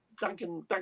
Duncan